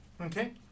Okay